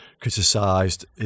criticised